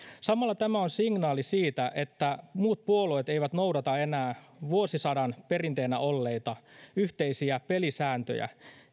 samalla tämä on signaali siitä että muut puolueet eivät enää noudata vuosisadan perinteenä olleita yhteisiä pelisääntöjä